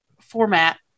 format